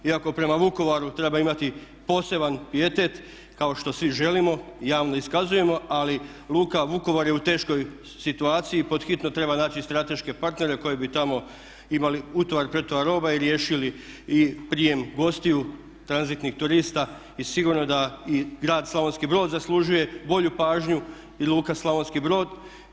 Iako prema Vukovaru treba imati poseban pijetet kao svi želimo i javno iskazujemo, ali luka Vukovar je u teškoj situaciji i pod hitno treba naći strateške partnere koji bi tamo imali utovar, pretovar roba i riješili prijem gostiju tranzitnih turista i sigurno da i grad Slavonski Brod zaslužuje bolju pažnju i luka Slavonski Brod.